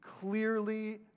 clearly